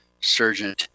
surgeon